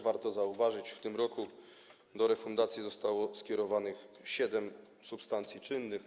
Warto zauważyć, że w tym roku do refundacji zostało skierowanych siedem substancji czynnych.